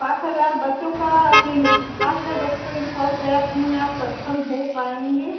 सात हज़ार बच्चों का सात हज़ार बच्चों का यूनिफ़ॉर्म तैयार करने में आप सक्षम हो पाएँगे